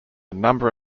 number